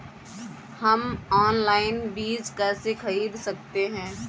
हम ऑनलाइन बीज कैसे खरीद सकते हैं?